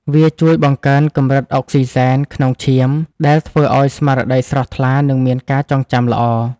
វាជួយបង្កើនកម្រិតអុកស៊ីហ្សែនក្នុងឈាម ដែលធ្វើឱ្យស្មារតីស្រស់ថ្លា និងមានការចងចាំល្អ។